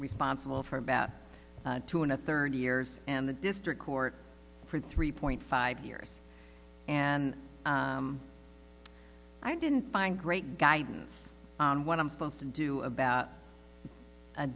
responsible for about two and a third years in the district court for three point five years and i didn't find great guidance on what i'm supposed to do about a